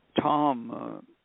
Tom